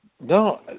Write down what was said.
no